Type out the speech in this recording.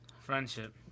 Friendship